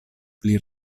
pli